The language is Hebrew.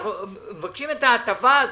אנחנו מבקשים את ההטבה הזאת,